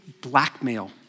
blackmail